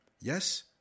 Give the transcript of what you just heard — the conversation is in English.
Yes